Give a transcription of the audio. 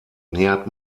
nähert